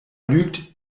lügt